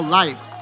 life